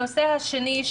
הנושא השני,